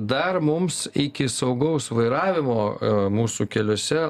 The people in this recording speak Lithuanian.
dar mums iki saugaus vairavimo mūsų keliuose